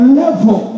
level